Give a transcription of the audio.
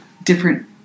different